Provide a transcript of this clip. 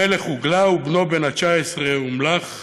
המלך הוגלה, ובנו בן ה-19 הומלך במקומו,